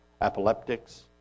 epileptics